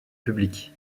public